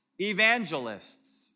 evangelists